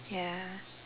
ya